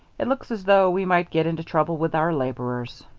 it looks as though we might get into trouble with our laborers.